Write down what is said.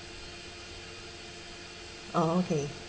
okay